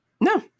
No